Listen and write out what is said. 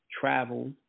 travel